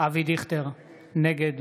אבי דיכטר, נגד